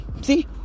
See